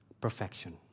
perfection